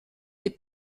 des